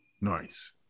Nice